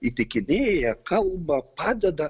įtikinėja kalba padeda